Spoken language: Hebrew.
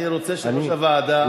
אני רוצה שיושב-ראש הוועדה,